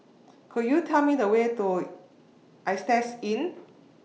Could YOU Tell Me The Way to Istay Inn